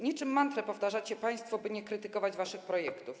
Niczym mantrę powtarzacie państwo, by nie krytykować waszych projektów.